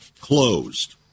closed